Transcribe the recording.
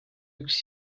üks